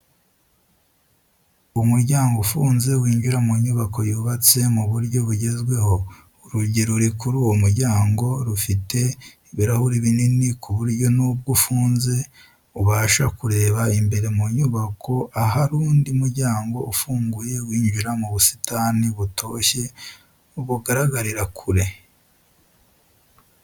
Umuryango ufunze winjira mu nyubako yubatse mu buryo bugezweho, urugi ruri kuri uwo muryango rufite ibirahuri binini, ku buryo nubwo ufunze ubasha kureba imbere mu nyubako ahari undi muryango ufunguye winjira mu busitani butoshye bugaragarira kure.